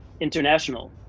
International